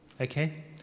okay